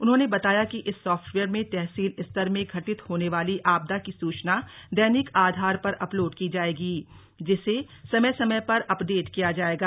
उन्होंने बताया कि इस साफ्टवेयर में तहसील स्तर में घटित होने वाली आपदा की सूचना दैनिक आधार पर अपलोड की जायेगी जिसे समय समय पर अपडेट किया जायेगा